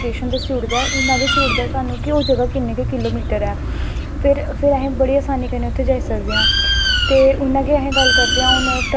तुसें उस गल्ले गी अग्गैं स्पोज़ जर्नली इयै लेईयै चलनां कि अपनैं जिन्नां बी होई सकै अपनैं कल्चर गी गुसैं अग्गैं कोई थल्लै दवानें दी कोशिश नी करनीम सर तुसैं